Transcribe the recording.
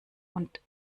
und